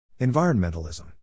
Environmentalism